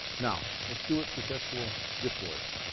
now let's do it for sexual diploids.